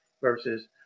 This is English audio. verses